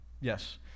Yes